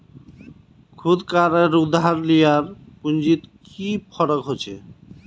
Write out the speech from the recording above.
खुद कार आर उधार लियार पुंजित की फरक होचे?